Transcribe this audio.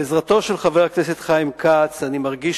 בעזרתו של חבר הכנסת חיים כץ אני מרגיש